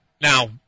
Now